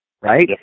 right